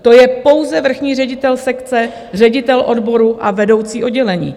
To je pouze vrchní ředitel sekce, ředitel odboru a vedoucí oddělení.